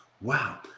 Wow